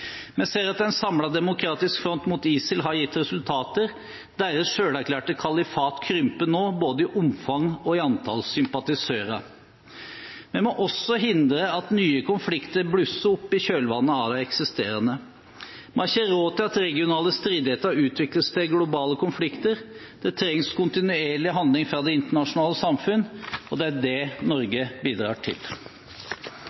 Vi ser at en samlet, demokratisk front mot ISIL har gitt resultater. Deres selverklærte kalifat krymper nå, både i omfang og i antall sympatisører. Vi må også hindre at nye konflikter blusser opp i kjølvannet av det eksisterende. Vi har ikke råd til at regionale stridigheter utvikles til globale konflikter. Det trengs kontinuerlig handling fra det internasjonale samfunn. Og det er det